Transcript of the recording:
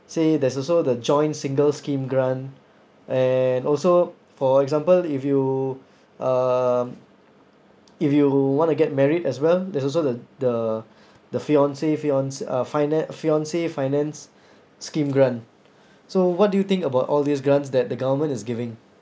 say there's also the joint singles scheme grant and also for example if you uh if you want to get married as well there's also th~ the the fiance fianc~ uh finan~ fiance finance scheme grant so what do you think about all these grants that the government is giving